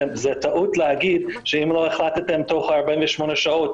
זו טעות להגיד שאם לא החלטתם תוך 48 שעות,